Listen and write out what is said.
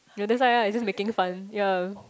ya that's why ah they're just making fun ya